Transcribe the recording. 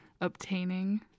obtaining